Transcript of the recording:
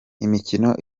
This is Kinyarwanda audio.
imikino